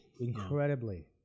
Incredibly